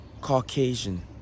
Caucasian